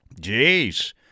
Jeez